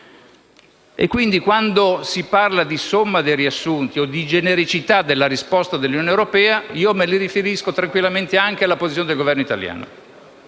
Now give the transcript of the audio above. E quindi, quando si parla di *summa* dei riassunti o di genericità della risposta dell'Unione europea, mi riferisco tranquillamente anche alla posizione del Governo italiano.